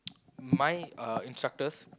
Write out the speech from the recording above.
my uh instructors